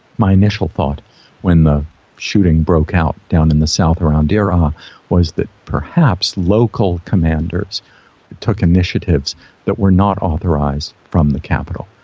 my initial thought when the shooting broke out down in the south around daraa was that perhaps local commanders took initiatives that were not authorised from the capital.